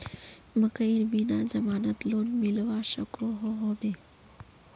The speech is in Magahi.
मकईर बिना जमानत लोन मिलवा सकोहो होबे?